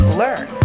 learn